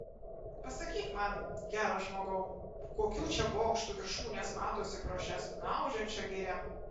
pasakyk man geras žmogau kokių čia bokštų viršūnės matosi pro šią snaudžiančią girią